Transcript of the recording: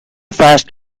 fast